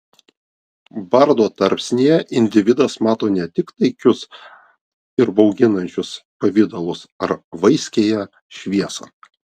bardo tarpsnyje individas mato ne tik taikius ir bauginančius pavidalus ar vaiskiąją šviesą